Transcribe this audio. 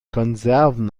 konserven